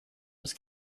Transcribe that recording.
was